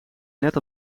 net